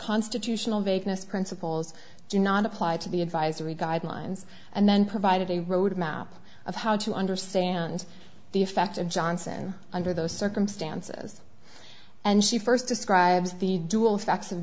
constitutional vagueness principles do not apply to be advisory guidelines and then provided a roadmap of how to understand the effect of johnson under those circumstances and she first describes the dual effect